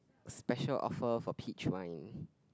special offer for peach wine